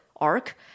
arc